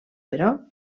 però